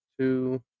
two